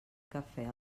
cafè